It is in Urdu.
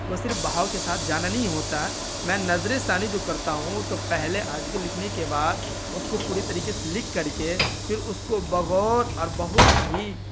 وہ صرف بہاؤ کے ساتھ جانا نہیں ہوتا ہے میں نظر ثانی جو کرتا ہوں تو پہلے آرٹیکل لکھنے کے بعد اس کو پوری طریقے سے لکھ کر کے پھر اس کو بغور اور بہت ہی